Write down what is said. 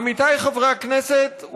עמיתיי חברי הכנסת,